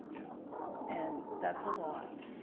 yeah and that's a lot,